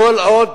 כל עוד